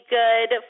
good